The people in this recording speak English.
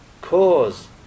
cause